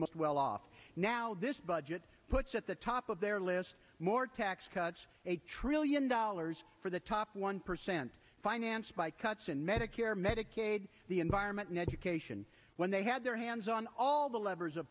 most well off now this budget puts at the top of their list more tax cuts a trillion dollars for the top one percent financed by cuts in medicare medicaid the environment and education when they had their hands on all the levers of